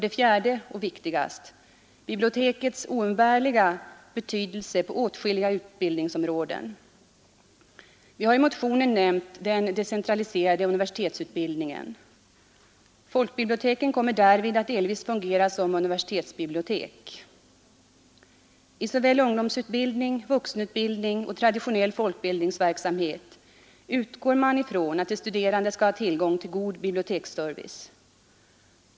— och det är viktigast — bibliotekets oumbärliga betydelse på åtskilliga utbildningsområden. Vi har i motionen nämnt den decentraliserade universitetsutbildningen. Folkbiblioteken kommer därvid att delvis fungera som universitetsbibliotek. I såväl ungdomsutbildning som vuxenutbildning och traditionell folkbildningsverksamhet utgår man ifrån att de studerande skall ha tillgång till god biblioteksservice.